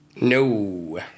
No